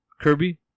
Kirby